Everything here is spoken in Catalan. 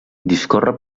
discorre